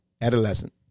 adolescent